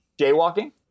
Jaywalking